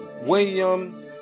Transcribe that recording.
William